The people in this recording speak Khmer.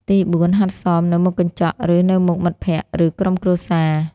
ទីបួន ហាត់សមនៅមុខកញ្ចក់ ឬនៅមុខមិត្តភក្តិ ឬក្រុមគ្រួសារ។